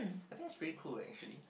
I think this pretty cool actually